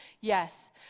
Yes